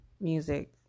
music